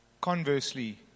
Conversely